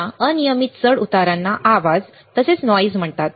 या अनियमित चढउतारांना आवाज म्हणतात